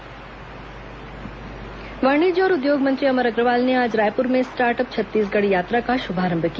start up Chhattisgarh यात्रा वाणिज्य और उद्योग मंत्री अमर अग्रवाल ने आज रायपुर में स्टार्ट अप छत्तीसगढ़ यात्रा का श्भारंभ किया